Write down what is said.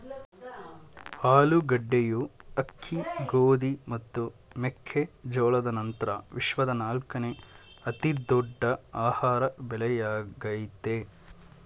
ಆಲೂಗಡ್ಡೆಯು ಅಕ್ಕಿ ಗೋಧಿ ಮತ್ತು ಮೆಕ್ಕೆ ಜೋಳದ ನಂತ್ರ ವಿಶ್ವದ ನಾಲ್ಕನೇ ಅತಿ ದೊಡ್ಡ ಆಹಾರ ಬೆಳೆಯಾಗಯ್ತೆ